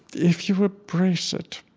if you embrace it,